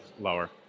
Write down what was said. lower